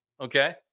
okay